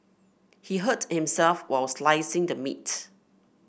he hurt himself while slicing the meat